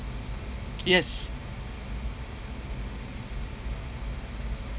yes